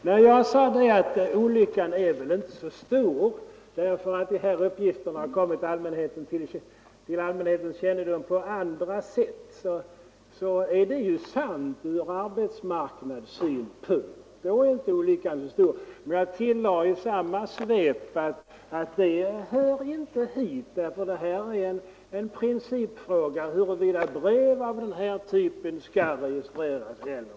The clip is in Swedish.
När jag sade att olyckan är väl inte så stor, därför att dessa uppgifter har ju kommit till allmänhetens kännedom på andra sätt, så är ju det sagt från arbetsmarknadssynpunkt. Då är olyckan alltså inte så stor. Men jag tillade i samma svep att detta förhållande ingenting betyder ty principfrågan kvarstår huruvida brev av den här typen skall registreras eller ej.